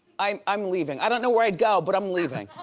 i'm i'm leaving. i don't know where i'd go, but i'm leaving.